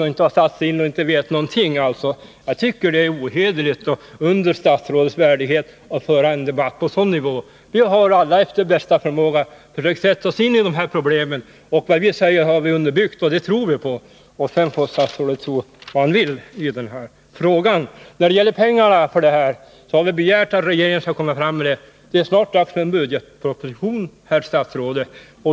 Vi anklagas för att vara okunniga och för att inte ha satt oss in i frågorna. Det är ohederligt och under statsrådets värdighet att föra debatten på en sådan nivå. Vi har alla efter bästa förmåga försökt att sätta oss in i dessa problem. Det vi säger har vi underbyggt, och vi tror på våra förslag — sen må statsrådet anse vad han vill i denna fråga. När det gäller pengarna för våra yrkanden har vi begärt att regeringen skall lägga fram förslag. Det är snart dags för en budgetproposition, herr statsråd.